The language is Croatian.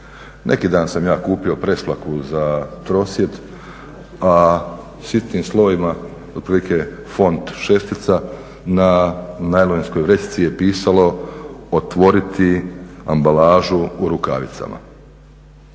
Neki dan sam ja kupio presvlaku za trosjed, a sitnim slovima otprilike font 6 na najlonskoj vrećici je pisalo otvoriti ambalažu u rukavicama